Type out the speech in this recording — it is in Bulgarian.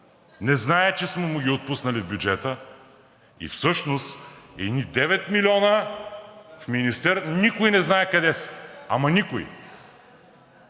Не знае, че сме му ги отпуснали в бюджета и всъщност едни 9 млн. в министерството никой не знае къде са. Ама никой.